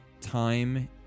time